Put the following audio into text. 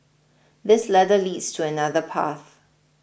this ladder leads to another path